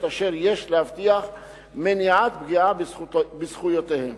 אשר יש להבטיח מניעת פגיעה בזכויותיהם.